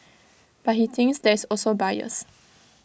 but he thinks there is also bias